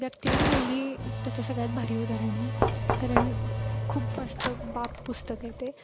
व्यक्ती आणी वल्ली त्याचं सगळ्यात भारी उदाहरण आहे कारण खूप मस्त बाप पुस्तक आहे ते